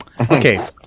Okay